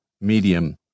Medium